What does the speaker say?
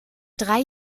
drei